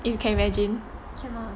if you can imagine